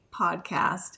Podcast